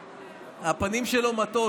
הפנים שלו מטעות,